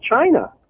China